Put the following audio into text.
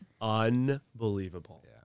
unbelievable